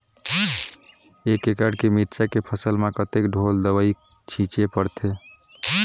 एक एकड़ के मिरचा के फसल म कतेक ढोल दवई छीचे पड़थे?